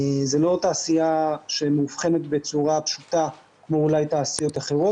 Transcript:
זו לא תעשייה שמאובחנת בצורה פשוטה כמו אולי תעשיות אחרות,